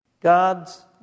God's